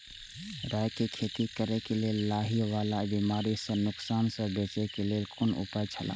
राय के खेती करे के लेल लाहि वाला बिमारी स नुकसान स बचे के लेल कोन उपाय छला?